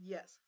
Yes